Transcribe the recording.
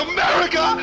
America